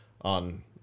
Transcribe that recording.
on